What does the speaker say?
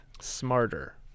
smarter